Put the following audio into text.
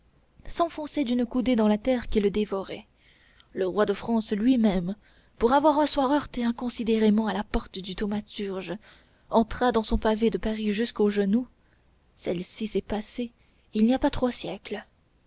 s'enfonçait d'une coudée dans la terre qui le dévorait le roi de france lui-même pour avoir un soir heurté inconsidérément à la porte du thaumaturge entra dans son pavé de paris jusqu'aux genoux ceci s'est passé il n'y a pas trois siècles